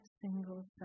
single